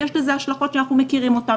יש לזה השלכות שאנחנו מכירים אותם,